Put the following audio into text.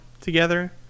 together